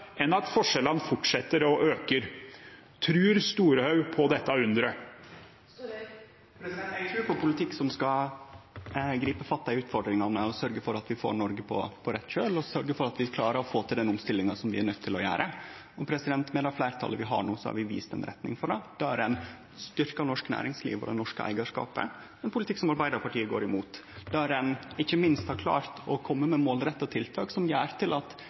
enn at forskjellene fortsetter å øke. Tror Storehaug på dette underet? Eg trur på politikk som skal gripe fatt i dei utfordringane som skal sørgje for at vi får Noreg på rett kjøl, og som sørgjer for at vi klarer å få til den omstillinga som vi er nøydde til å gjere. Det fleirtalet vi har no, har vist ei retning for det: Ein styrkjer norsk næringsliv og den norske eigarskapen – ein politikk som Arbeidarpartiet går imot. Ein har ikkje minst klart å kome med målretta tiltak som gjer at